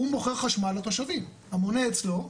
הוא מוכר חשמל לתושבים, המונה אצלו,